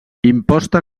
imposta